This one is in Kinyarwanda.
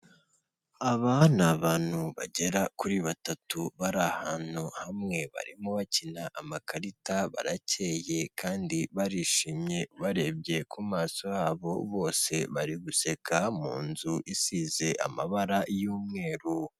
Aba ni abantu bagera kuri batatu bari ahantu hamwe barimo bakina amakarita barakeye kandi barishimye ubarebye ku maso yabobo bose bari guseka mu nzu isize amabara y'umweru.